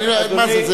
מה זה?